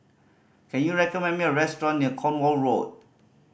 can you recommend me a restaurant near Cornwall Road